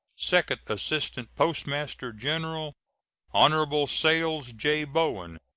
second assistant postmaster-general hon. sayles j. bowen,